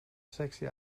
sexy